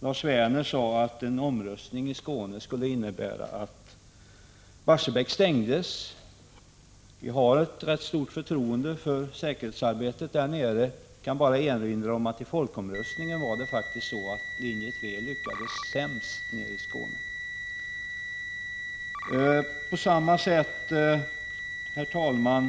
12 maj 1986 Lars Werner sade att en omröstning i Skåne skulle innebära krav på att Barsebäck stängdes. Vi har ett rätt stort förtroende för säkerhetsarbetet där nere. Jag kan bara erinra om att det i folkomröstningen faktiskt var linje 3 som lyckades sämst nere i Skåne. Herr talman!